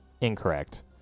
Incorrect